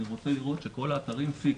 אני רוצה לראות שכל האתרים פיקס,